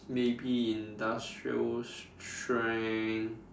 maybe industrial strength